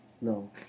No